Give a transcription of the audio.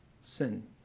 sin